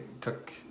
took